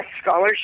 scholarship